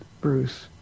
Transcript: Bruce